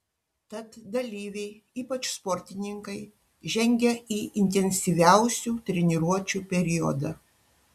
tad dalyviai ypač sportininkai žengia į intensyviausių treniruočių periodą